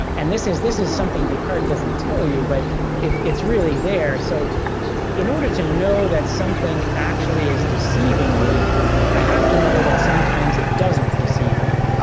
and this is this is something descartes doesn't tell you but it's really there. so in order to know that something actually is deceiving me i have to know that sometimes it doesn't deceive me.